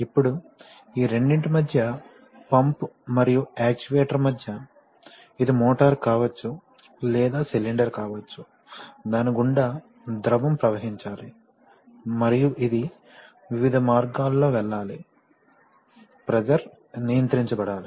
ఇప్పుడు ఈ రెండింటి మధ్య పంప్ మరియు యాక్యుయేటర్ మధ్య ఇది మోటారు కావచ్చు లేదా సిలిండర్ కావచ్చు దాని గుండా ద్రవం ప్రవహించాలి మరియు ఇది వివిధ మార్గాల్లో వెళ్ళాలి ప్రెషర్ నియంత్రించబడాలి